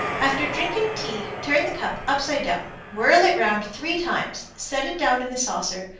after drinking tea, turn the cup upside down, whirl it round three times, set it down in the saucer,